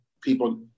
people